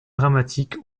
dramatique